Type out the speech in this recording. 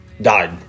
Died